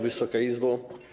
Wysoka Izbo!